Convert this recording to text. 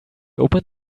opened